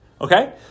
Okay